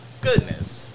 goodness